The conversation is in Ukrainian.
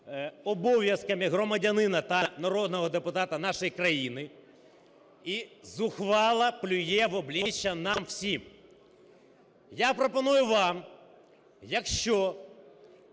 обов'язками громадянина та народного депутата нашої країни і зухвало плює в обличчя нам всім. Я пропоную вам, якщо